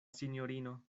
sinjorino